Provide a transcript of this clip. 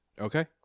Okay